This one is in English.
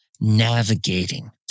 navigating